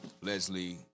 Leslie